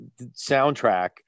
soundtrack